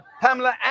Pamela